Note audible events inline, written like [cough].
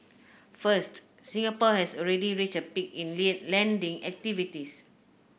first Singapore has already reached a peak in [unintelligible] lending activities